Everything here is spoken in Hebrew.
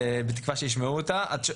בתקווה שישמעו אותה.